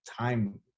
time